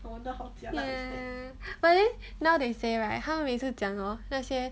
ya but then now they say right 他们每次讲 hor 那些